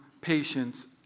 patience